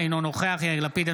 אינו נוכח יאיר לפיד,